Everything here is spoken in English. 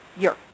year